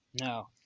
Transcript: No